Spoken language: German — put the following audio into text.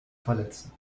verletzen